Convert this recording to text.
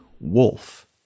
wolf